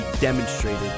demonstrated